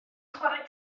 chwarae